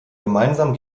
gemeinsam